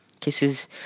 Kisses